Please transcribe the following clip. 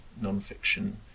non-fiction